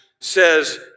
says